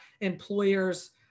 employers